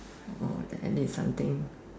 oh the end is something